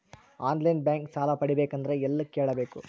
On line bank ಸಾಲ ಪಡಿಬೇಕಂದರ ಎಲ್ಲ ಕೇಳಬೇಕು?